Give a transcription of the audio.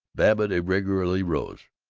babbitt irregularly arose.